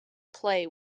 play